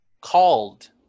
called